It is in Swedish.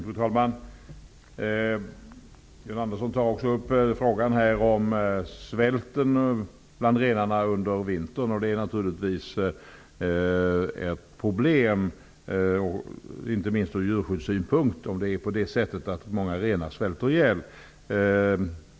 Fru talman! John Andersson tar här upp frågan om svälten bland renarna under vintern. Det är naturligtvis ett problem inte minst ur djurskyddssynpunkt om många renar svälter ihjäl.